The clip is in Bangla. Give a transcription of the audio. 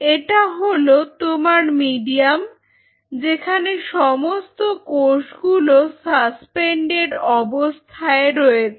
এটা হল তোমার মিডিয়াম যেখানে সমস্ত কোষগুলো সাসপেন্ডেড অবস্থায় রয়েছে